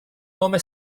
nome